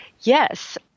Yes